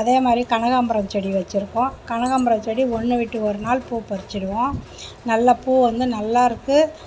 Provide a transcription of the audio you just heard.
அதேமாதிரி கனகாம்பரம் செடி வச்சியிருக்கோம் கனகாம்பரம் செடி ஒன்று விட்டு ஒரு நாள் பூ பறிச்சிவிடுவோம் நல்ல பூ வந்து நல்லாயிருக்கு